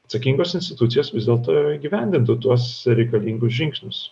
atsakingos institucijos vis dėlto įgyvendintų tuos reikalingus žingsnius